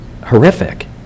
horrific